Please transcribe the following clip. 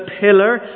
pillar